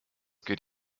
geht